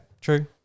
True